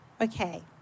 Okay